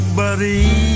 buddy